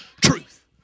truth